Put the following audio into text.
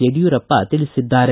ಯಡಿಯೂರಪ್ಪ ತಿಳಿಸಿದ್ದಾರೆ